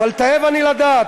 "אבל תאב אני לדעת,